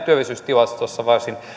työllisyystilastossamme varsin